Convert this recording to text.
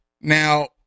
now